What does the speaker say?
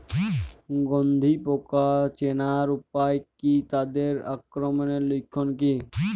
গন্ধি পোকা চেনার উপায় কী তাদের আক্রমণের লক্ষণ কী?